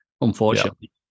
unfortunately